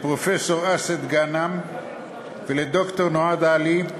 לפרופסור אסעד גאנם ולד"ר נוהאד עלי,